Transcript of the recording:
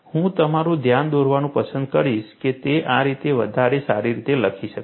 હું તમારું ધ્યાન દોરવાનું પસંદ કરીશ કે તે આ રીતે વધારે સારી રીતે લખી શકાય